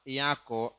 yako